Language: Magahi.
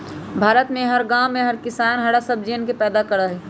भारत में हर गांव में हर किसान हरा सब्जियन के पैदा करा हई